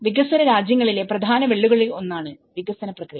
വികസ്വര രാജ്യങ്ങളിലെ പ്രധാന വെല്ലുവിളികളിലൊന്നാണ് വികസന പ്രക്രിയ